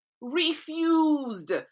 refused